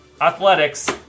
athletics